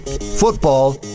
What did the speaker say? Football